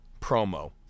promo